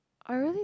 I really